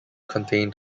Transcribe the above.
contained